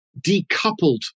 decoupled